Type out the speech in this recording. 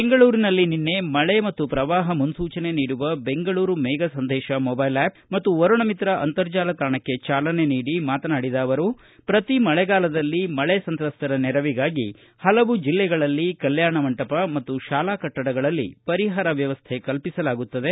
ಬೆಂಗಳೂರಿನಲ್ಲಿ ನಿನ್ನೆ ಮಳೆ ಮತ್ತು ಪ್ರವಾಹ ಮುನ್ಲೂಚನೆ ನೀಡುವ ಬೆಂಗಳೂರು ಮೇಘ ಸಂದೇತ ಮೊಬೈಲ್ ಆಪ್ ಮತ್ತು ವರುಣ ಮಿತ್ರ ಅಂತರ್ಜಾಲ ತಾಣಕ್ಕೆ ಚಾಲನೆ ನೀಡಿ ಮಾತನಾಡಿದ ಅವರು ಪ್ರತಿ ಮಳೆಗಾಲದಲ್ಲಿ ಮಳೆಸಂತ್ರಸ್ತರ ನೆರವಿಗಾಗಿ ಹಲವು ಜಿಲ್ಲೆಗಳಲ್ಲಿ ಕಲ್ಕಾಣಮಂಟಪ ಮತ್ತು ಶಾಲಾ ಕಟ್ಟಡಗಳಲ್ಲಿ ಪರಿಹಾರ ವ್ಯವಸ್ಥೆ ಕಲ್ಪಿಸಲಾಗುತ್ತದೆ